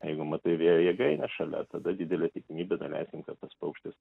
jeigu matai vėjo jėgaines šalia tada didelė tikimybė daleiskim kad tas paukštis